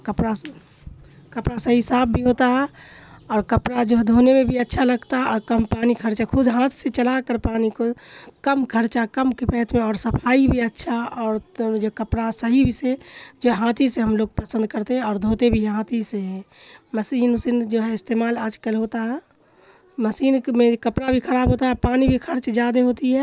کپڑا کپڑا صحیح صاف بھی ہوتا ہے اور کپڑا جو ہے دھونے میں بھی اچھا لگتا ہے اور کم پانی خرچہ خود ہاتھ سے چلا کر پانی کو کم خرچہ کم کپیت میں اور صفائی بھی اچھا اور جو کپڑا صحیح بھی سے جو ہاتھ ہی سے ہم لوگ پسند کرتے ہیں اور دھوتے بھی ہاتھ ہی سے ہیں مشین اوسین جو ہے استعمال آج کل ہوتا ہے مشین میں کپڑا بھی خراب ہوتا ہے پانی بھی خرچ زیادہ ہوتی ہے